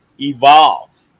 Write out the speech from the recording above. evolve